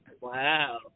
Wow